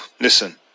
listen